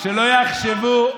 שלא יחשבו,